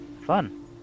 Fun